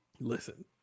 Listen